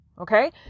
Okay